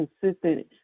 consistent